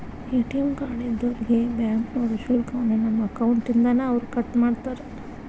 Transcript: ATM card ಇದ್ದೋರ್ಗೆ ಬ್ಯಾಂಕ್ನೋರು ಶುಲ್ಕವನ್ನ ನಮ್ಮ ಅಕೌಂಟ್ ಇಂದಾನ ಅವ್ರ ಕಟ್ಮಾಡ್ತಾರ